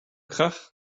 krach